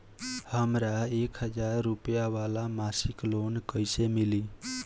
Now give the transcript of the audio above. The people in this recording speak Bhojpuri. हमरा एक हज़ार रुपया वाला मासिक लोन कईसे मिली?